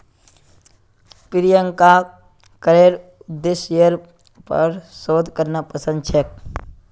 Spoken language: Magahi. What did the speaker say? प्रियंकाक करेर उद्देश्येर पर शोध करना पसंद छेक